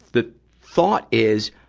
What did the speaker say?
the thought is,